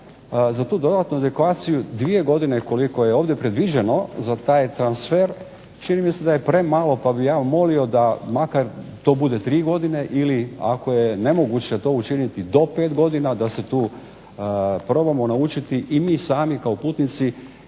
za tu dodatnu edukaciju dvije godine koliko je ovdje predviđeno za taj transfer čini mi se da je premalo pa bih ja molio da makar to bude tri godine ili ako je nemoguće to učiniti do 5 godina da se tu probamo naučiti i mi sami kao putnici